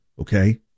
okay